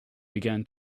began